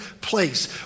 place